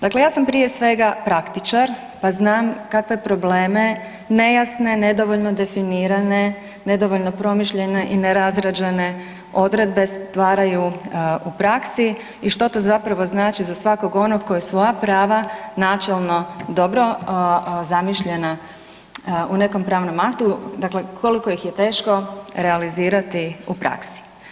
Dakle ja sam prije svega praktičar pa znam kakve probleme, nejasne, nedovoljno definirane, nedovoljno promišljene i nerazrađene odredbe stvaraju u praksi i što to zapravo znači da svakog onog koji svoja prava načelno dobro zamišljena u nekom pravnom aktu, dakle koliko ih je teško realizirati u praksi.